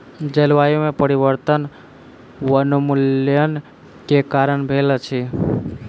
जलवायु में परिवर्तन वनोन्मूलन के कारण भेल अछि